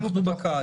אנחנו בקיץ.